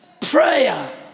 prayer